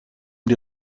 die